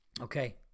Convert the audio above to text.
okay